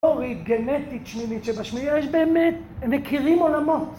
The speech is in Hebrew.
אורית גנטית שמינית שבשמי יש באמת, מכירים עולמות